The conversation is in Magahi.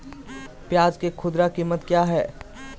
प्याज के खुदरा कीमत क्या है?